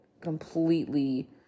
completely